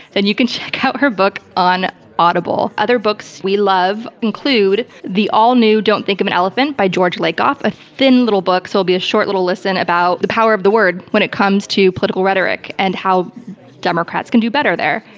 then you can check out her book on audible. other books we love include the all-new don't think of an elephant! by george lakoff, a thin little book, so it'll be a short little listening about the power of the word when it comes to political rhetoric and how democrats can do better there,